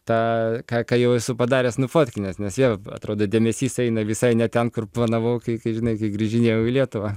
tą ką jau esu padaręs nufotkinęs nes vėl atrodė dėmesys eina visai ne ten kur planavau kai žinai kai grįžinėjau į lietuvą